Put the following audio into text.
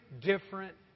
different